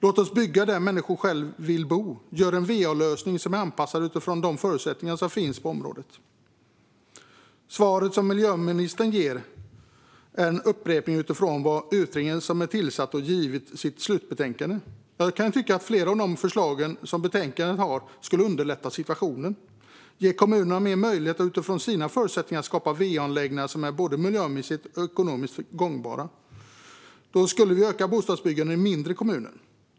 Låt oss bygga där människor vill bo och göra en va-lösning som är anpassad utifrån de förutsättningar som finns i området. Svaret som miljöministern ger är en upprepning från den utredning som varit tillsatt och som har gett sitt slutbetänkande. Jag kan tycka att flera av förslagen i betänkandet skulle underlätta situationen. Ge kommunerna bättre möjlighet att utifrån sina förutsättningar skapa va-anläggningar som är både miljömässigt och ekonomiskt gångbara. Då skulle bostadsbyggandet i mindre kommuner öka.